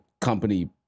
company